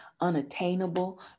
unattainable